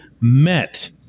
met